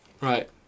Right